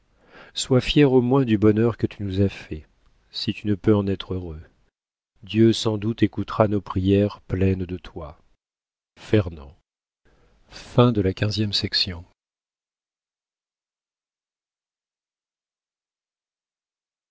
sois fier au moins du bonheur que tu nous as fait si tu ne peux en être heureux dieu sans doute écoutera nos prières pleines de toi